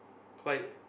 quite